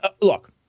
look